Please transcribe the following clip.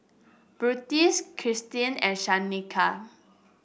Krystle and Shanika